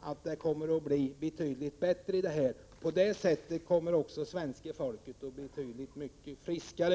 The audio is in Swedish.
att det kommer att bli förbättringar på detta område. På det sättet kommer svenska folket också att bli betydligt friskare.